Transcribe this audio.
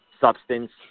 substance